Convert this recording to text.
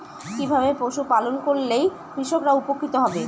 কিভাবে পশু পালন করলেই কৃষকরা উপকৃত হবে?